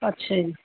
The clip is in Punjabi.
ਅੱਛਾ ਜੀ